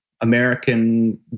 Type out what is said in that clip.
American